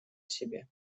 себе